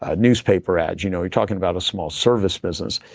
ah newspaper ads. you know we're talking about a small service business.